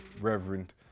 reverend